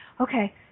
okay